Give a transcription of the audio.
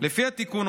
לפי התיקון,